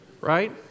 Right